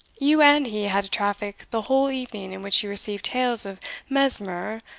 you and he had a traffic the whole evening in which you received tales of mesmer,